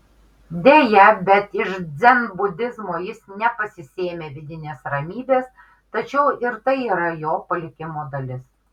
deja bet iš dzenbudizmo jis nepasisėmė vidinės ramybės tačiau ir tai yra jo palikimo dalis